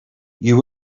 you